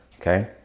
okay